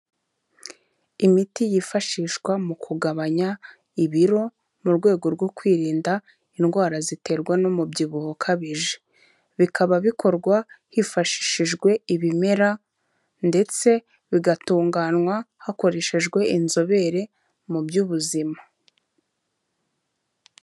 Imiti yifashishwa mu kugabanya ibiro, mu rwego rwo kwirinda indwara ziterwa n'umubyibuho ukabije. Bikaba bikorwa hifashishijwe ibimera, ndetse bigatunganywa hakoreshejwe inzobere mu by'ubuzima.